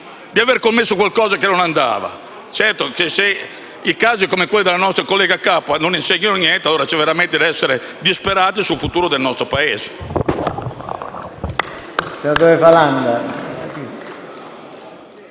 che abbia commesso qualcosa che non andava. Certo, se i casi come quello della nostra collega Capua non insegnano niente, c'è veramente da essere disperati sul futuro del nostro Paese.